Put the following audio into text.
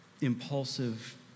impulsive